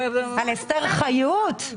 על אסתר חיות?